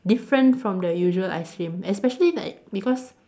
different from the usual ice cream especially like because